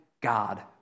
God